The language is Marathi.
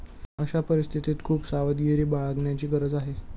अशा परिस्थितीत खूप सावधगिरी बाळगण्याची गरज आहे